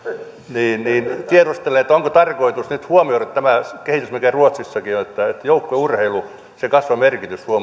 niin niin tiedustelen onko tarkoitus nyt huomioida tämä kehitys mikä ruotsissakin on että joukkueurheilun kasvun merkitys